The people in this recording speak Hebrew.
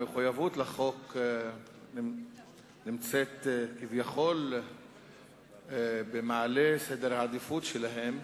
המחויבות לחוק נמצאת כביכול במעלה סדר העדיפויות שלהם,